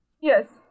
Yes